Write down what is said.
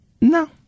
No